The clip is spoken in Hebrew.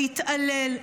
להתעלל,